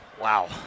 Wow